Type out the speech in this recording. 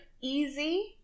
easy